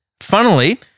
Funnily